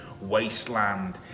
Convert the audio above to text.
wasteland